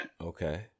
Okay